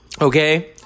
Okay